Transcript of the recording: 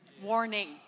Warning